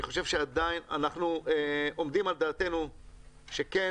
אני חושב שעדיין אנחנו עומדים על דעתנו ומוכנים